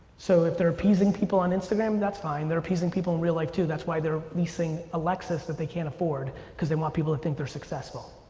so if they're appeasing people on instagram, that's fine. they're appeasing people in real life like too that's why they're leasing alexas that they can't afford cause they want people to think they're successful.